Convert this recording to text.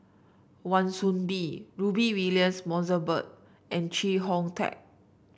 Wan Soon Bee Rudy Williams Mosbergen and Chee Hong Tat